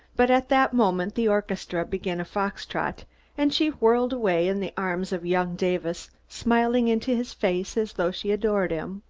but at that moment the orchestra began a fox-trot and she whirled away in the arms of young davis, smiling into his face as though she adored him.